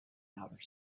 outer